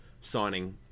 signing